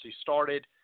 started